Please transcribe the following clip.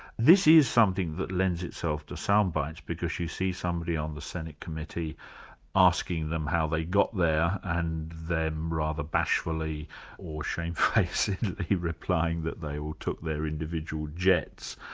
this is something that lends itself to sound bites, because you see somebody on the senate committee asking them how they got there, and them rather bashfully or shamefacedly replying that they all took their individual jets.